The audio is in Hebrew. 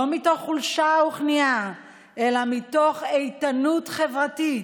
לא מתוך חולשה וכניעה אלא מתוך איתנות חברתית,